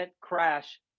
crash